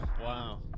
wow